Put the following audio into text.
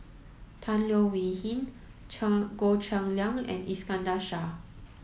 Tan Leo Wee Hin Cheng Goh Cheng Liang and Iskandar Shah